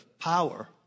power